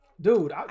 Dude